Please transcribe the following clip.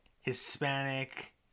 Hispanic